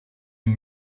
den